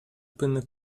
până